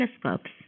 telescopes